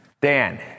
Dan